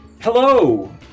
hello